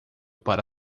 para